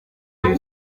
kuri